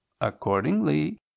Accordingly